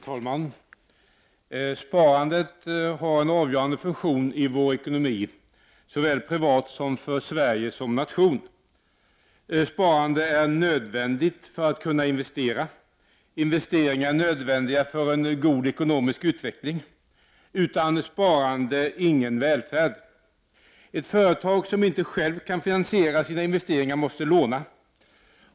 Herr talman! Sparandet har en avgörande funktion i vår ekonomi, såväl privat som för Sverige som nation. Sparandet är nödvändigt för att man skall kunna investera. Investeringar är nödvändiga för en god ekonomisk utveckling. Utan sparande, ingen väldfärd. Ett företag som inte självt kan finansiera sina investeringar måste låna.